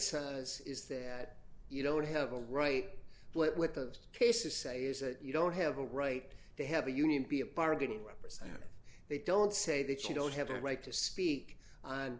says is that you don't have a right but with those cases say is that you don't have a right to have a union be a bargaining representative they don't say that you don't have a right to speak on